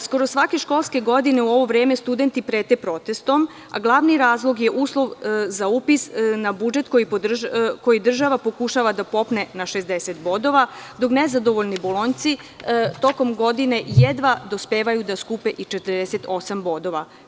Skoro svake školske godine u ovo vreme studenti prete protestom, a razlog je uslov za upis na budžet koja država pokušava da popne na 60 bodova, dok nezadovoljni bolonjci tokom godine jedva uspevaju da skupe i 48 bodova.